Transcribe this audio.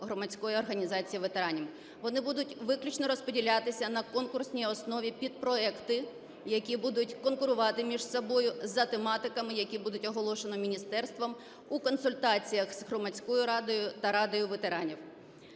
громадської організації ветеранів". Вони будуть виключно розподілятися на конкурсній основі під проекти, які будуть конкурувати між собою за тематиками, які будуть оголошені міністерством у консультаціях з Громадською радою та Радою ветеранів.